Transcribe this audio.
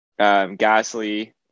Gasly